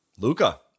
Luca